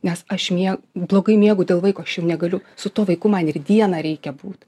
nes aš mie blogai miegu dėl vaiko aš jau negaliu su tuo vaiku man ir dieną reikia būt